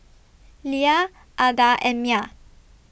Lea Ada and Mya